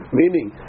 meaning